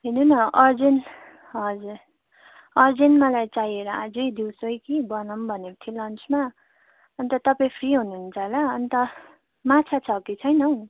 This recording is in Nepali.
हेर्नु न अर्जेन्ट हजुर अर्जेन्ट मलाई चाहिएर आजै दिउँसै कि बनाउँ भनेको थिएँ लन्चमा अन्त तपाईँ फ्री हुनुहुन्छ होला अन्त माछा छ कि छैन हौ